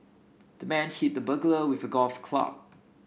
the man hit the burglar with a golf club